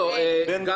בבקשה.